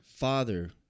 Father